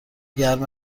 گرم